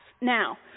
Now